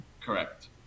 correct